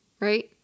right